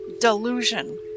delusion